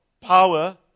power